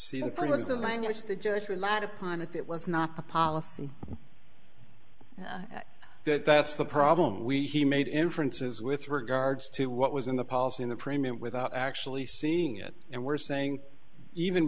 of the language they just relied upon if it was not the policy that's the problem we he made inferences with regards to what was in the policy in the premium without actually seeing it and we're saying even